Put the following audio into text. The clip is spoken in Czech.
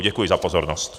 Děkuji za pozornost.